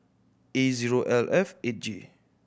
A zero L F eight J